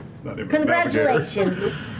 Congratulations